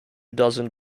dozen